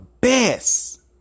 best